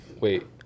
Wait